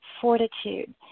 Fortitude